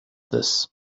this